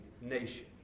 nation